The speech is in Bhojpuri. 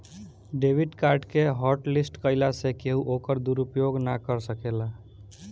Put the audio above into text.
डेबिट कार्ड के हॉटलिस्ट कईला से केहू ओकर दुरूपयोग ना कर सकेला